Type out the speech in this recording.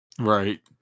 right